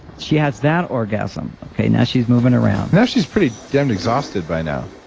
she has that orgasm. okay, now she's moving around. now, she's pretty damn exhausted by now.